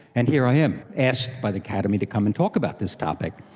and here i am, asked by the academy to come and talk about this topic.